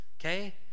Okay